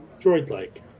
droid-like